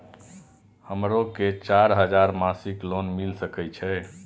हमरो के चार हजार मासिक लोन मिल सके छे?